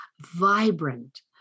vibrant